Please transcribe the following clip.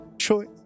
choice